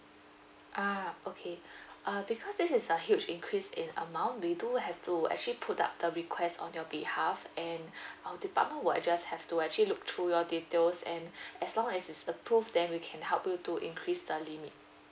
ah okay uh because this is a huge increase in amount we do have to actually put up the request on your behalf and our department will just have to actually look through your details and as long as it's approved then we can help you to increase the limit